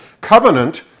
Covenant